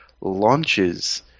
launches